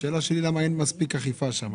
השאלה שלי היא למה אין מספיק אכיפה שם,